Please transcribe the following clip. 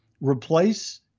replace